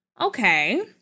Okay